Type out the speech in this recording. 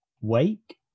wake